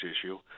issue